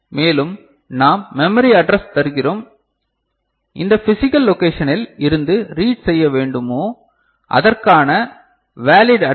மேலும் நாம் memory address தருகிறோம் எந்த பிசிகல்லொகேஷனில் இருந்து ரீட் செய்ய வேண்டுமோ அதற்கான வேலிட் அட்ரஸ்